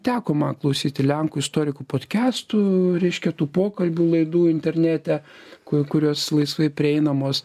teko man klausyti lenkų istorikų potkestų reiškia tų pokalbių laidų internete ku kurios laisvai prieinamos